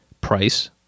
price